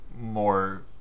more